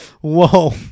whoa